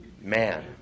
man